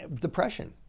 depression